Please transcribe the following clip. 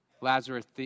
Lazarus